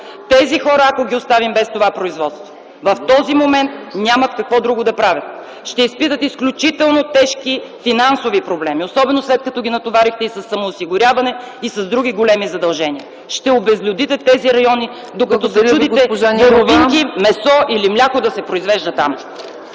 Тези хора, ако ги оставим без това производство, в този момент нямат какво друго да правят. Ще изпитат изключително тежки финансови проблеми, особено след като ги натоварихте и със самоосигуряване и с други големи задължения. Ще обезлюдите тези райони, докато се чудите боровинки, месо или мляко да се произвежда там.